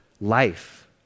life